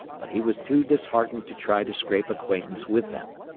but he was too disheartened to try to scrape acquaintance with them.